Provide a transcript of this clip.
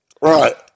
Right